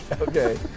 okay